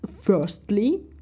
Firstly